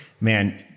man